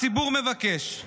מבקש